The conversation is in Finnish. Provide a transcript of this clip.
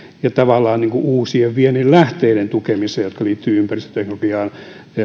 ja tavallaan uusien viennin lähteiden tukemiseen jotka liittyvät ympäristöteknologiaan